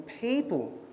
people